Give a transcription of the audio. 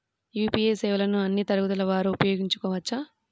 UPI సేవలని అన్నీ తరగతుల వారు వినయోగించుకోవచ్చా?